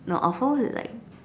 no offals is like